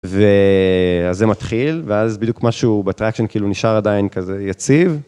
ואז זה מתחיל, ואז בדיוק משהו בטראקשן נשאר עדיין כזה יציב.